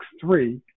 three